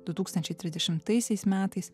du tūkstančiai trisdešimtaisiais metais